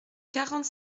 quarante